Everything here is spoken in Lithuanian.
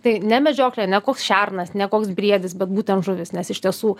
tai ne medžioklė ne koks šernas ne koks briedis bet būtent žuvis nes iš tiesų